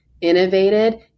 innovated